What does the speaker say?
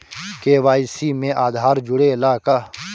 KYC में आधार जुड़े ला का?